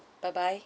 bye bye